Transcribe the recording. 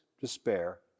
despair